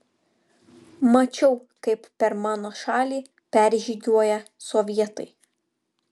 mačiau kaip per mano šalį peržygiuoja sovietai